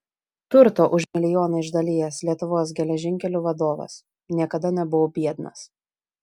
turto už milijoną išdalijęs lietuvos geležinkelių vadovas niekada nebuvau biednas